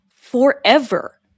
forever